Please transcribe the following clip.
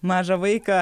mažą vaiką